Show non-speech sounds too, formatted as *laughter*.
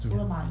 *noise*